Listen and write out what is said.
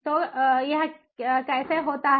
तो यह कैसे होता है